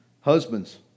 Husbands